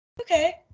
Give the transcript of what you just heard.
Okay